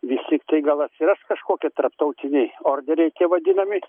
vis tiktai gal atsiras kažkokie tarptautiniai orderiai tie vadinami